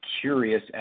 curious